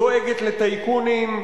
דואגת לטייקונים,